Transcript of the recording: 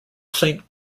saint